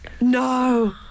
No